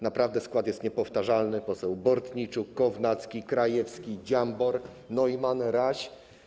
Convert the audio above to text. Naprawdę skład jest niepowtarzalny, posłowie: Bortniczuk, Kownacki, Krajewski, Dziambor, Neumann, Raś.